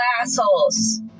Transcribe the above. assholes